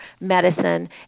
medicine